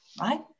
right